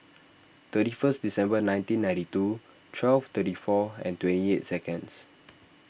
thirty first December nineteen ninety two twelve thirty four and twenty eight seconds